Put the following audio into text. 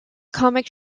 comic